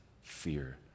fear